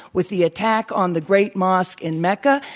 with the attack on the great mosque in mecca.